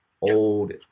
old